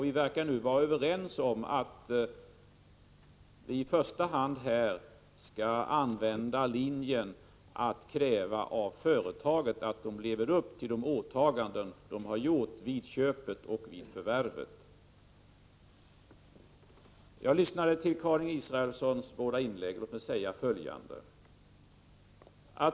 Vi verkar nu vara överens om att vi i första hand skall gå på den linjen att vi skall kräva av företaget att det lever upp till de åtaganden det har gjort vid köpet av rörelsen. Jag lyssnade till Karin Israelssons båda inlägg. Låt mig säga följande.